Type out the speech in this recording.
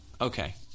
okay